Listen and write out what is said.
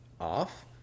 off